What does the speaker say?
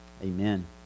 Amen